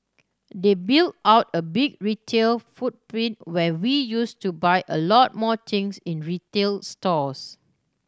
they built out a big retail footprint when we used to buy a lot more things in retail stores